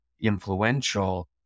influential